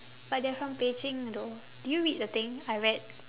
but they are from beijing though did you read the thing I read